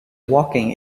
walking